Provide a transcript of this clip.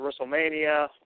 WrestleMania